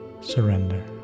Surrender